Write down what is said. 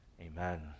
Amen